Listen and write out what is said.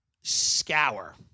scour